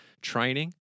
training